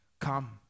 Come